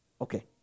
Okay